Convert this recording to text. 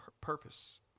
purpose